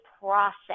process